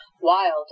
wild